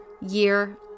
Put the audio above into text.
year